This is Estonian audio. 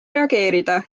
reageerida